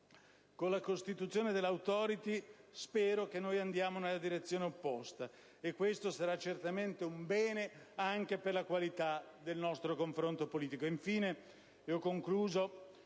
Con la costituzione dell'*Authority* spero che noi andremo nella direzione opposta. E questo sarà certamente un bene, anche per la qualità del nostro confronto politico.